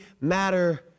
matter